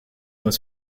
was